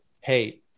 hey